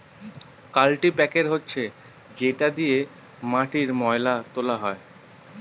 কাল্টিপ্যাকের হচ্ছে যেটা দিয়ে মাটির ময়লা তোলা হয়